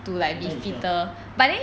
but no effect ah